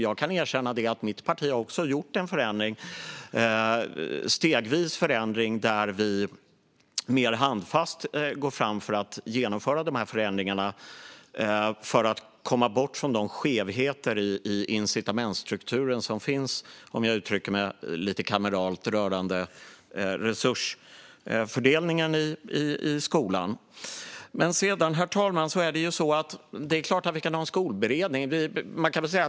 Jag kan erkänna att också mitt parti stegvis har gjort förändringar och går mer handfast fram för att genomföra dem så att vi kommer bort från de skevheter i incitamentsstrukturen som finns, om jag uttrycker mig lite kameralt, rörande resursfördelningen i skolan. Herr talman! Vi kan såklart ha en skolberedning.